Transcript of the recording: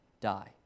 die